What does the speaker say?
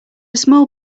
small